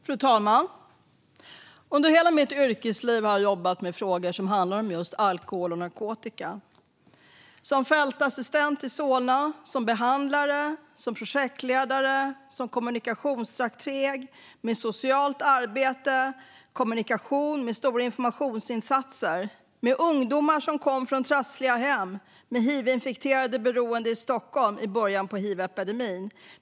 Fru talman! Under hela mitt yrkesliv har jag jobbat med frågor som handlar om just alkohol och narkotika - som fältassistent i Solna, som behandlare, som projektledare och som kommunikationsstrateg. Jag har jobbat med socialt arbete, kommunikation och stora informationsinsatser, med ungdomar som kom ifrån trassliga hem och med hiv-infekterade beroende i Stockholm i början av hiv-epidemin.